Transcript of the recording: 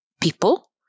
people